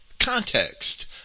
context